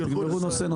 תלכו נושא נושא.